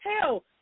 Hell